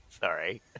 sorry